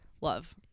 Love